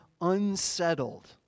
unsettled